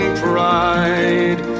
pride